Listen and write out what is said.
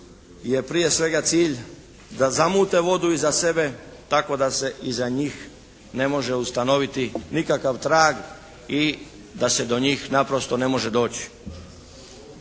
je prije svega cilj da zamute vodu iza sebe tako da se iza njih ne može ustanoviti nikakav trag i da se do njih naprosto ne može doći.